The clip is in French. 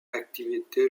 activité